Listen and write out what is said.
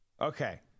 Okay